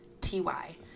ty